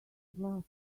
glass